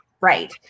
right